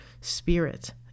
spirit